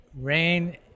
Rain